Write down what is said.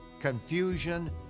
confusion